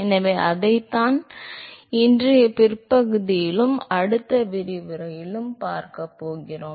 எனவே அதைத்தான் இன்றைய பிற்பகுதியிலும் அடுத்த விரிவுரையிலும் பார்க்கப் போகிறோம்